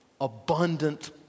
abundant